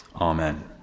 Amen